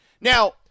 Now